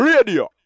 Radio